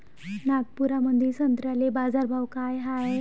नागपुरामंदी संत्र्याले बाजारभाव काय हाय?